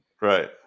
right